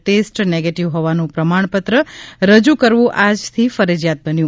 test negative હોવાનું પ્રમાણપત્ર રજૂ કરવું આજથી ફરજિયાત બન્યું